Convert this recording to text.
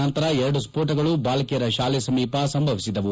ನಂತರ ಎರಡು ಸ್ವೋಟಗಳು ಬಾಲಕಿಯರ ಶಾಲೆ ಸಮೀಪ ಸಂಭವಿಸಿದವು